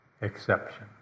exception